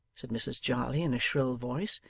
said mrs jarley in a shrill voice.